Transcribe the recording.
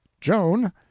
joan